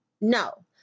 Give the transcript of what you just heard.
No